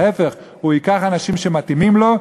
ההפך, הוא ייקח אנשים שמתאימים לו,